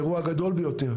זה אירוע גדול ביותר.